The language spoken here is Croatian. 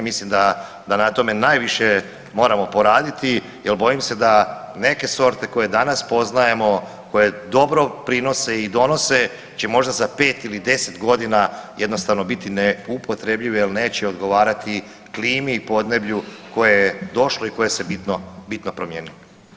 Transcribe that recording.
Mislim da na tome najviše moramo poraditi, jer bojim se da neke sorte koje danas poznajemo koje dobro prinose i donose će možda za pet ili deset godina jednostavno biti neupotrebljive, jer neće odgovarati klimi i podneblju koje je došlo i koje se bitno promijenilo.